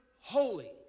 holy